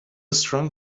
strong